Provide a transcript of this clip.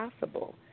possible